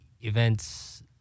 Events